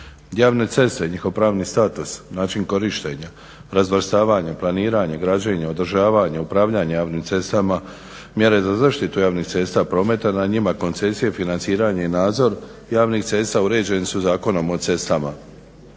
Javne ceste i njihov pravni status, način korištenja, razvrstavanje, planiranje, građenje, održavanje, upravljanje javnim cestama, mjere za zaštitu javnih cesta prometa na njima, koncesije, financiranje i nadzor javnih cesta uređeni su Zakonom o cestama